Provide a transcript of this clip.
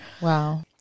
Wow